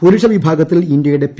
പുരുഷ വിഭാഗത്തിൽ ഇന്ത്യയുടെ പി